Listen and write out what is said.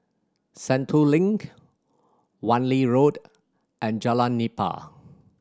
Sentul Link Wan Lee Road and Jalan Nipah